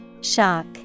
Shock